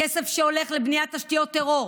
כסף שהולך לבניית תשתיות טרור,